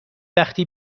وقتی